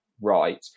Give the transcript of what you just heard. right